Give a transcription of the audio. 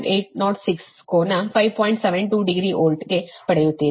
72 degree kilo volt ಗೆ ಪಡೆಯುತ್ತೀರಿ